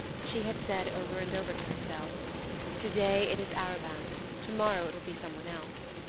she had said over and over to herself to-day it is arobin to-morrow it will be some one else.